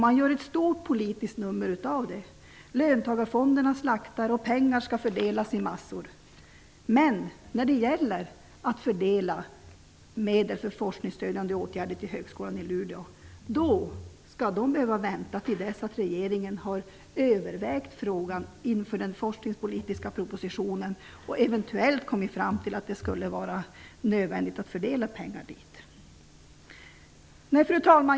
Man gör ett stort politiskt nummer av det. Löntagarfonderna slaktas och pengar i massor skall fördelas. Men när det gäller fördelningen av medel för forskningsstödjande åtgärder till Högskolan i Luleå skall högskolan behöva vänta till dess att regeringen har övervägt frågan inför den forskningspolitiska propositionen och eventuellt kommer fram till att det skulle vara nödvändigt att fördela pengar.